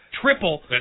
triple